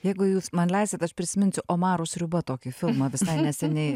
jeigu jūs man leisit aš prisiminsiu omarų sriuba tokį filmą visai neseniai